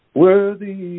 worthy